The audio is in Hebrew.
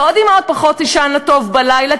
ועוד אימהות תישנּה פחות טוב בלילה,